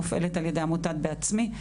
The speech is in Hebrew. מופעלת על ידי עמותת בעצמי.